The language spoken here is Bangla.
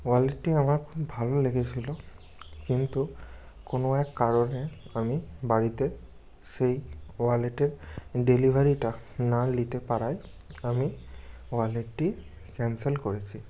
ওয়ালেটটি আমার খুব ভালো লেগেছিলো কিন্তু কোনো এক কারণে আমি বাড়িতে সেই ওয়ালেটের ডেলিভারিটা না নিতে পারায় আমি ওয়ালেটটি ক্যানসেল করেছি